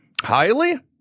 Highly